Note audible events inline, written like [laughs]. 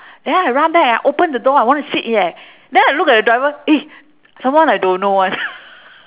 then I ran back and I open the door I want to sit eh then I look at the diver eh someone I don't know [one] [laughs]